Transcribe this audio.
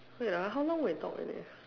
wait ah how long we talk already ah